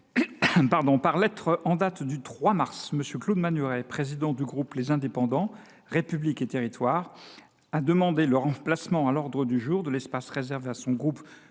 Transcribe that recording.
par lettre en date du 3 mars, M. Claude Malhuret, président du groupe Les Indépendants – République et Territoires, a demandé le remplacement, à l’ordre du jour de l’espace réservé à son groupe du